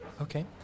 Okay